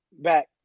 back